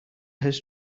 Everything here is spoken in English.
his